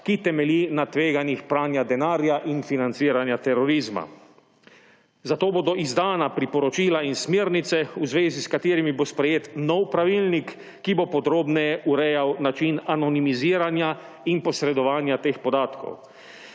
ki temelji na tveganjih pranja denarja in financiranja terorizma. Zato bodo izdana priporočila in smernice, v zvezi s katerimi bo sprejet nov pravilnik, ki bo podrobneje urejal način anonimiziranja in posredovanja teh podatkov.